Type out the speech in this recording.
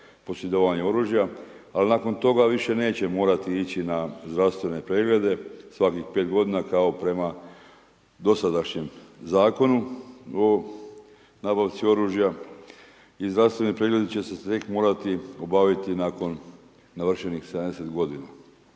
posjedovanje oružja, ali nakon toga više neće morati ići na zdravstvene preglede svakih 5 godina kao prema dosadašnjem zakonu o nabavci oružja. I zdravstveni pregledi će se morati obaviti nakon navršenih 70 godina.